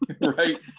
right